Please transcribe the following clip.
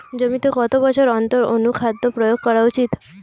জমিতে কত বছর অন্তর অনুখাদ্য প্রয়োগ করা উচিৎ?